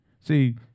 See